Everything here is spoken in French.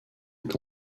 est